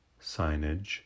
Signage